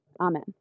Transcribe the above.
Amen